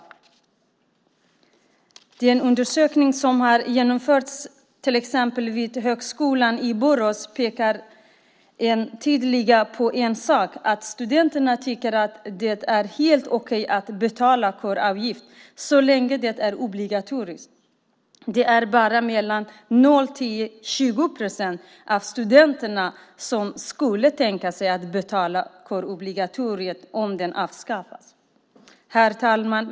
Till exempel pekar den undersökning som har genomförts vid högskolan i Borås tydligt på en sak, att studenterna tycker att det är helt okej att betala kåravgift så länge det är obligatoriskt. Det är bara 0-20 procent av studenterna som skulle kunna tänka sig att betala om kårobligatoriet avskaffades. Herr talman!